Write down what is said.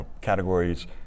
categories